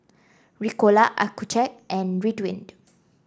Ricola Accucheck and Ridwind